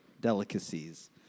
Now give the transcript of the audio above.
delicacies